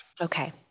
Okay